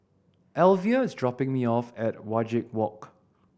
Alvia is dropping me off at Wajek Walk